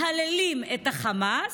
מהללים את חמאס,